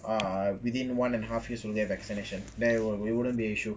ah within one and a half years to get the vaccination there it wouldn't be an issue